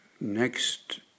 next